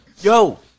Yo